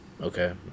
okay